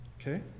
Okay